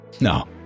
No